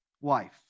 wife